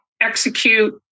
Execute